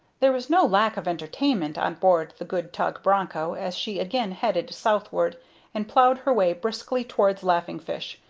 there was no lack of entertainment on board the good tug broncho as she again headed southward and ploughed her way briskly towards laughing fish,